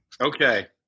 okay